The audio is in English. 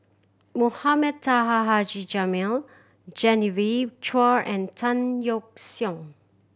Mohamed Taha Haji Jamil Genevieve Chua and Tan Yeok Seong